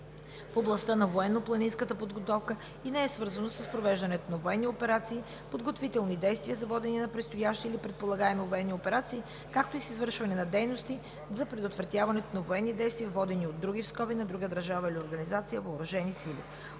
в областта на военно-планинската подготовка и не е свързано с провеждането на военни операции, подготвителни действия за водене на предстоящи или предполагаеми военни операции, както и с извършване на дейности за предотвратяването на военни действия, водени от други (на друга държава или организация) въоръжени сили.